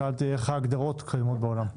שאלתי איך ההגדרות קיימות בעולם.